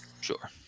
Sure